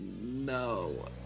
No